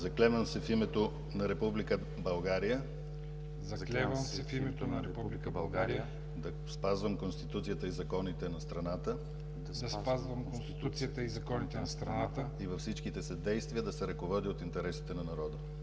„Заклевам се в името на Република България да спазвам Конституцията и законите на страната и във всичките си действия да се ръководя от интересите на народа.